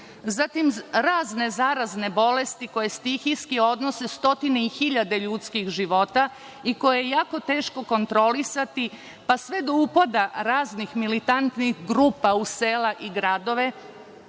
Zatim, razne zarazne bolesti koje stihijski odnose stotine i hiljade ljudskih života i koje je jako teško kontrolisati, pa sve do upada raznih militantnih grupa u sela i gradove,